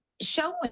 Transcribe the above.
showing